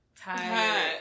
tired